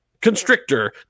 constrictor